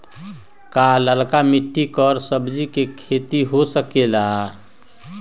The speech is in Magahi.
का लालका मिट्टी कर सब्जी के भी खेती हो सकेला?